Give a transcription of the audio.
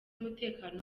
umutekano